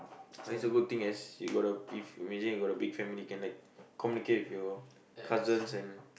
it's a good thing as you got a imagine you got a big family you can like communicate with your cousins and